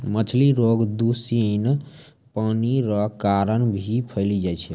मछली रोग दूषित पानी रो कारण भी फैली जाय छै